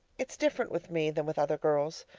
it's different with me than with other girls.